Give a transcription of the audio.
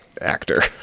actor